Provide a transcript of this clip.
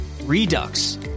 Redux